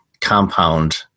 compound